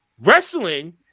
Wrestling